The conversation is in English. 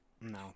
No